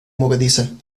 movediza